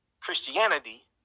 Christianity